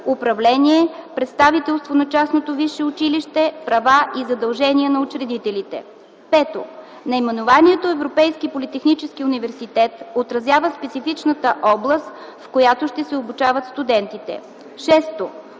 управление, представителство на частното висше училище, права и задължения на учредителите. 5. Наименованието Европейски политехнически университет отразява специфичната област, в която ще се обучават студентите. 6.